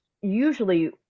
usually